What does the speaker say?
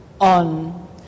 On